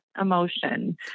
emotion